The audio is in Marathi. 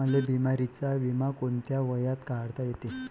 मले बिमारीचा बिमा कोंत्या वयात काढता येते?